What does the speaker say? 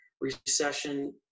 recession